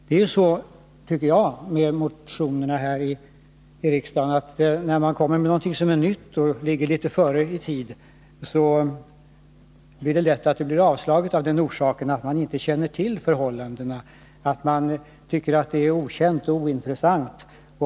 När det gäller motionerna här i riksdagen är utvecklingen ofta denna: När man kommer med något som är nytt och ligger litet före i tiden, blir motionen lätt avslagen av den orsaken att ledamöterna inte känner till förhållandena, tycker att frågan är okänd och ointressant.